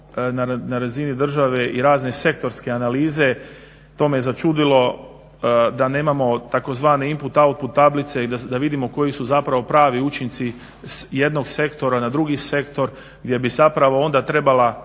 na razini države i razne sektorske analize. To me začudilo da nemamo tzv. input, output tablice i da vidimo koji su zapravo pravi učinci jednog sektora na drugi sektor, gdje bi zapravo onda trebala